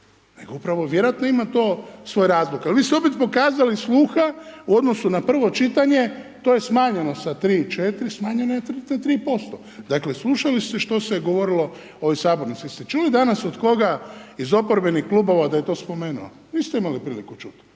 uz to, vjerojatno ima to svoje razloge ali vi ste opet pokazali sluha u odnosu na prvo čitanje, to je smanjeno sa 3,4, smanjeno je na 3%. Dakle slušali ste što se je govorilo u ovoj sabornici. Jeste čuli danas od koga iz oporbenih klubova da je to spomenuo? Niste imali priliku čuti.